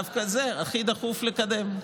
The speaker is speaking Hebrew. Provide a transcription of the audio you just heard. דווקא את זה הכי דחוף לקדם.